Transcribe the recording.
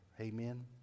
amen